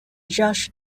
josh